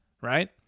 right